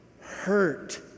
hurt